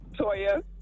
Toya